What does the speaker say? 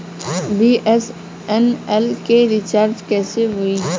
BSNL के recharge कैसे होयी?